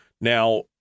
Now